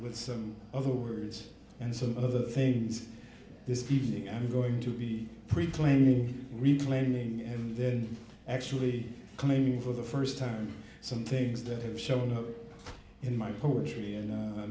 with some of the words and some of the things this evening i'm going to be pre planning replanning and then actually coming for the first time some things that have shown up in my poetry and